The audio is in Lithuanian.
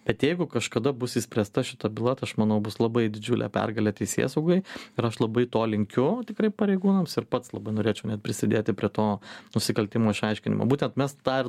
bet jeigu kažkada bus išspręsta šita byla tai aš manau bus labai didžiulė pergalė teisėsaugai ir aš labai to linkiu tikrai pareigūnams ir pats labai norėčiau net prisidėti prie to nusikaltimo išaiškinimo būtent mes tą ir